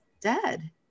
dead